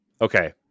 Okay